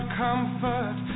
comfort